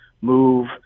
move